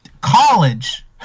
college